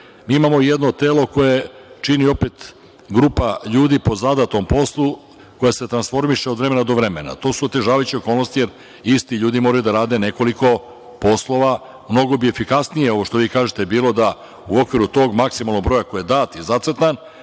Imamo jedno telo koje čini opet grupa ljudi po zadatom poslu koja se transformiše od vremena do vremena. To su otežavajuće okolnosti jer isti ljudi moraju da rade nekoliko poslova. Mnogo bi efikasnije, ovo što vi kažete, bilo da u okviru tog maksimalnog broja koji je dat i zacrtan